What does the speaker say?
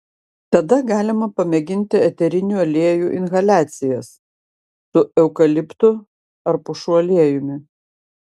tada galima pamėginti eterinių aliejų inhaliacijas su eukaliptu ar pušų aliejumi